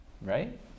right